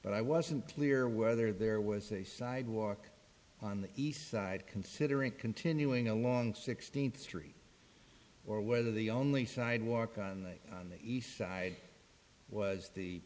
but i wasn't clear whether there was a sidewalk on the east side considering continuing along sixteenth street or whether the only sidewalk on the east side was the